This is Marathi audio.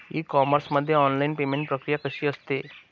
ई कॉमर्स मध्ये ऑनलाईन पेमेंट प्रक्रिया कशी असते?